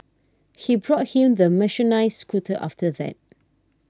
he brought him the mechanised scooter after that